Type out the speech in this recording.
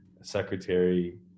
secretary